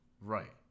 right